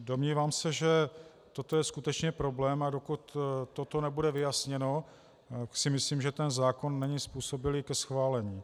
Domnívám se, že toto je skutečně problém, a dokud toto nebude vyjasněno, myslím si, že ten zákon není způsobilý ke schválení.